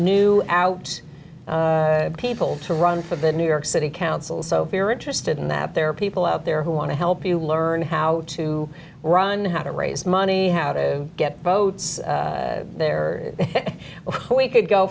new out people to run for the new york city council so we're interested in that there are people out there who want to help you learn how to run how to raise money how to get votes there we could go